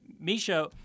Misha